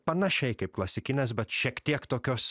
panašiai kaip klasikinės bet šiek tiek tokios